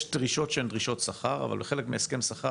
דרישות שהן דרישות שכר וכחלק מהסכם שכר